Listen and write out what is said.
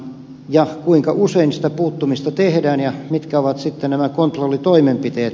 ja kuinka usein sitä puuttumista tehdään ja mitkä ovat sitten nämä kontrollitoimenpiteet